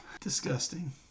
Disgusting